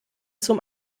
zum